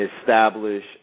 establish